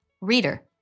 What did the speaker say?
Reader